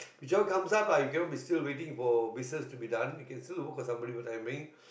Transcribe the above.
whichever comes up lah if you want to be still waiting for business to be done you can still work for somebody for the time being